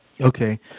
Okay